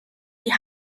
die